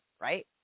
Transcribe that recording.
right